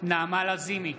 נעמה לזימי,